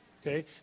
okay